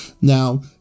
Now